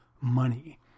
money